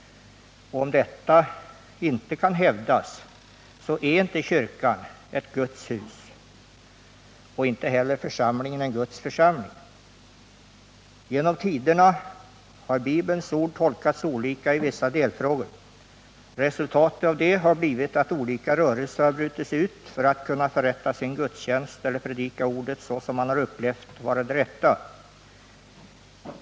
Om detta inte kan hävdas, så är inte kyrkan ett Guds hus och inte heller församlingen en Guds församling. Genom tiderna har Bibelns ord tolkats olika i vissa delfrågor. Resultatet av det har blivit att olika rörelser har brutit sig ut för att kunna förrätta sina gudstjänster eller predika ordet på det sätt man har ansett vara det rätta.